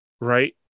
right